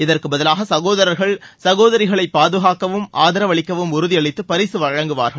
இதற்கு பதிலாக சகோதரா்கள் சகோதரிகளை பாதுகாக்கவும் ஆதரவு அளிக்கவும் உறுதி அளித்து பரிசு வழங்குவார்கள்